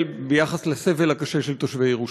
ביחס לסבל הקשה של תושבי ירושלים.